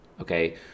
Okay